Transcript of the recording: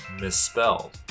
misspelled